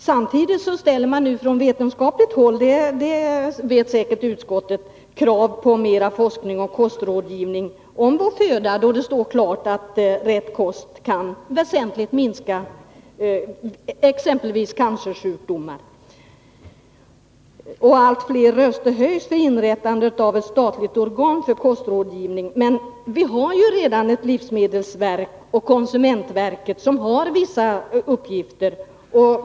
Samtidigt ställer man nu från vetenskapligt håll — det vet säkert utskottet — krav på mera forskning om vår föda och kostrådgivning, då det står klart att rätt kost kan väsentligt minska omfattningen av exempelvis cancersjukdomar; allt fler röster höjs för inrättande av ett statligt organ för kostrådgivning. Men vi har ju redan ett livsmedelsverk och konsumentverket som har vissa uppgifter.